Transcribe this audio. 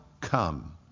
come